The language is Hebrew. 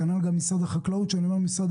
כשאני אומר משרד הבריאות,